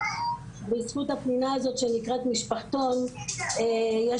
בזכות הפנינה הזאת שנקראת משפחתון יש